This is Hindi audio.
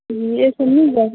तो यह सब मिल जाएगा